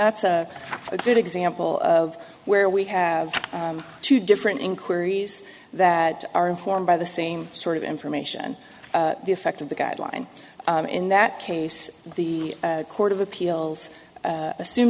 that's a good example of where we have two different inquiries that are informed by the same sort of information the effect of the guideline in that case the court of appeals assume